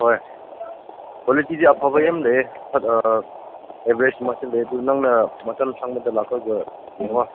ꯍꯣꯏ ꯀ꯭ꯋꯥꯂꯤꯇꯤꯗꯤ ꯑꯐꯕ ꯌꯥꯝ ꯂꯩꯌꯦ ꯑꯦꯕꯔꯦꯁ ꯑꯃꯁꯨ ꯂꯩ ꯑꯗꯨ ꯅꯪꯅ ꯃꯇꯝ ꯁꯪꯕꯗ ꯂꯥꯛꯂꯒ ꯌꯦꯡꯉꯣ